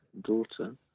daughter